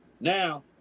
now